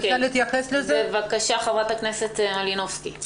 יש שם גם --- קבר רחל סגור מתוקף ההנחיות של תקנות הקורונה?